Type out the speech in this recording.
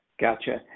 Gotcha